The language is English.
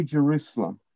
Jerusalem